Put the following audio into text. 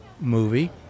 movie